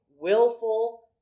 willful